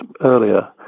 earlier